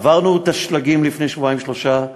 עברנו את השלגים לפני שבועיים שלושה.